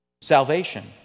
salvation